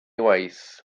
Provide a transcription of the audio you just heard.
waith